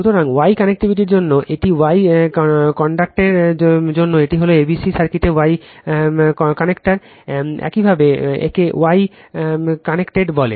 সুতরাং Y কানেক্টিভিটির জন্য এটি Y কানেক্টেডের জন্য এটি হল a b c সার্কিটে Y কানেক্টর একইভাবে একে Y কানেক্টেড বলে